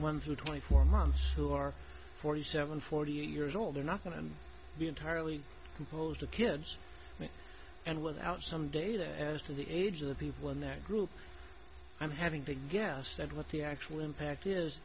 through twenty four months who are forty seven forty eight years old they're not going to be entirely composed of kids me and without some data as to the age of the people in that group i'm having to guess at what the actual impact is